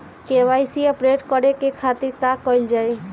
KYC update करे के खातिर का कइल जाइ?